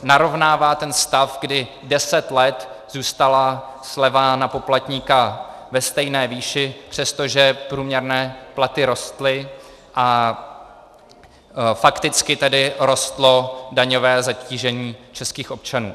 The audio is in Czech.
Narovnává ten stav, kdy deset let zůstala sleva na poplatníka ve stejné výši, přestože průměrné platy rostly, a fakticky tedy rostlo daňové zatížení českých občanů.